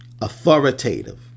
authoritative